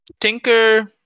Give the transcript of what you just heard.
Tinker